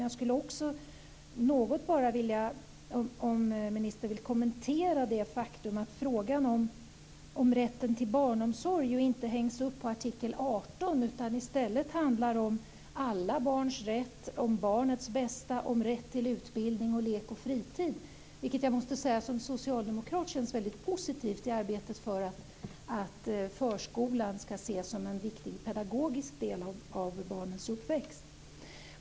Jag undrar om ministern vill kommentera det faktum att frågan om rätten till barnomsorg inte hängs upp på artikel 18 utan i stället handlar om alla barns rätt, om barnets bästa, om rätt till utbildning och lek och fritid, vilket jag som socialdemokrat måste säga känns väldigt positivt i arbetet för att förskolan skall ses som en viktig pedagogisk del av barnens uppväxt.